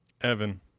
Evan